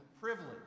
privilege